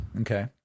Okay